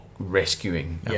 Rescuing